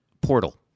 portal